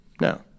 No